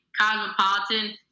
Cosmopolitan